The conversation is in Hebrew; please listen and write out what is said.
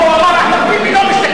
לא, הוא אמר: אחמד טיבי לא משתתף.